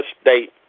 State